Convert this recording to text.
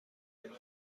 لوبیا